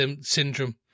syndrome